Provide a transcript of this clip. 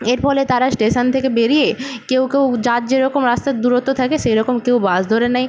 এর ফলে তারা স্টেশন থেকে বেরিয়ে কেউ কেউ যার যেরকম রাস্তার দূরত্ব থাকে সেই রকম কেউ বাস ধরে নেয়